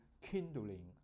kindling